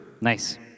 Nice